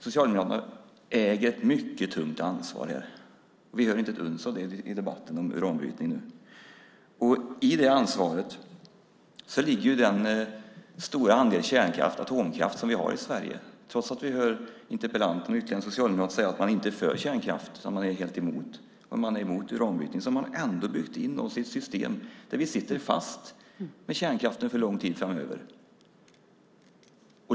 Socialdemokraterna äger ett mycket tungt ansvar här. Men vi hör inte ett uns av det i debatten om uranbrytningen. I det ansvaret ligger den stora andel kärnkraft, atomkraft, som vi har i Sverige. Trots att vi hör interpellanten och ytterligare en socialdemokrat säga att man inte är för kärnkraft utan att man är emot den och emot uranbrytning har man ändå byggt in oss i ett system där vi sitter fast med kärnkraften för lång tid framöver.